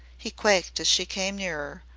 he quaked as she came near,